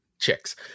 Chicks